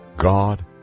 God